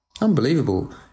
Unbelievable